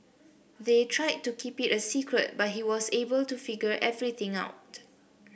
they tried to keep it a secret but he was able to figure everything out